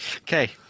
okay